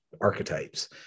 archetypes